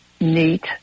neat